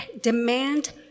demand